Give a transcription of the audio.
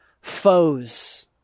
foes